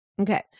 Okay